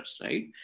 right